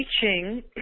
teaching